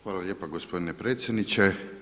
Hvala lijepa gospodine predsjedniče.